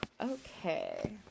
Okay